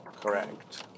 correct